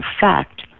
fact